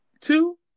two